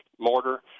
mortar